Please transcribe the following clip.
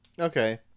Okay